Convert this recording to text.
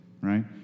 right